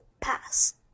pass